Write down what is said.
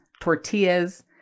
tortillas